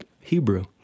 Hebrew